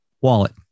wallet